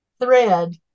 thread